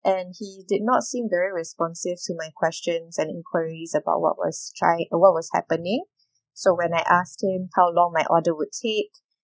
and he did not seem very responsive to my questions and inquiries about what was trying uh what was happening so when I asked him how long my order would take